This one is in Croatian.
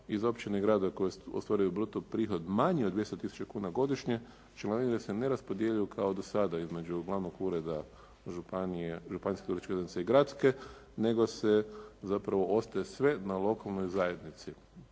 Iz općine i gradova koji ostvaruju bruto prihod manji od 200 tisuća kuna godišnje, članarine se ne raspoređuju kao do sada između glavnog ureda županije, …/Govornik se ne razumije./… i gradske nego se zapravo ostaje sve na lokalnoj zajednici,